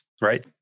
right